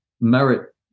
merit